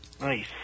Nice